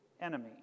enemy